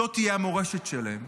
זאת תהיה המורשת שלהם.